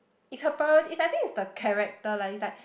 it's her priority is I think it's the character lah it's like